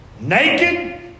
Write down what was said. naked